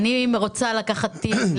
לשנות את הקריטריונים,